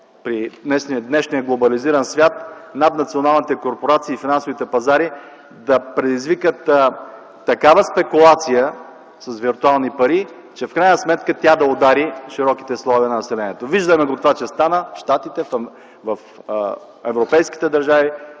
при днешния глобализиран свят наднационалните корпорации и финансовите пазари да предизвикат такава спекулация с виртуални пари, че в крайна сметка тя да удари широките слоеве от населението. Виждаме, че това стана в Съединените щати, в европейските държави,